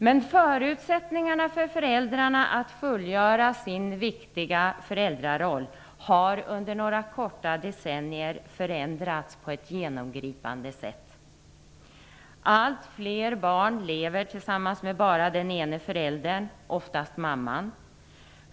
Men förutsättningarna för föräldrarna att fullgöra sin viktiga föräldraroll har under några korta decennier förändrats på ett genomgripande sätt. Allt fler barn lever tillsammans med bara den ene föräldern, oftast mamman.